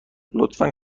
لطفا